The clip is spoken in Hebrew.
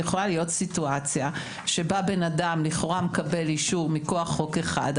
יכולה להיות סיטואציה שבה בן-אדם לכאורה מקבל אישור מכוח חוק אחד,